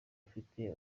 afite